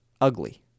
ugly